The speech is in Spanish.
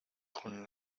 con